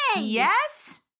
Yes